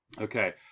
Okay